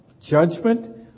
Judgment